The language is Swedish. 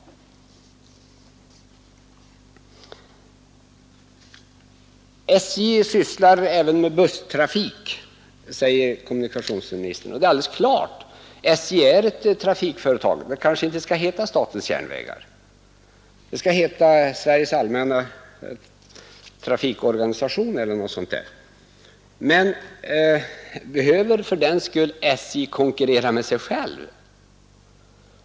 SJ bedriver även busstrafik, säger kommunikationsministern. Ja, det är alldeles klart — SJ är ett trafikföretag. Det kanske inte skall heta statens järnvägar utan Sveriges allmänna trafikorganisation eller något sådant. Men behöver SJ fördenskull konkurrera med sig själv?